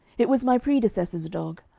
it was my predecessor's dog.